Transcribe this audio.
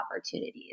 opportunities